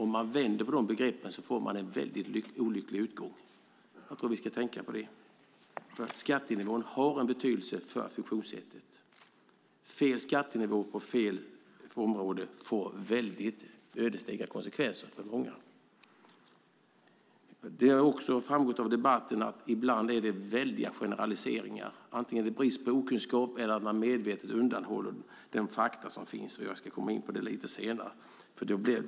Om vi vänder på begreppen blir det en olycklig utgång. Vi ska tänkta på det. Skattenivån har betydelse för funktionssättet. Fel skattenivå på fel område får ödesdigra konsekvenser för många. Det har också framgått av debatten att det ibland är fråga om stora generaliseringar, antingen det är brist på kunskap eller ett medvetet undanhållande av de fakta som finns. Jag ska komma in på det senare.